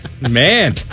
Man